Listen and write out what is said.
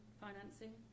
financing